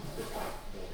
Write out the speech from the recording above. taip pat daug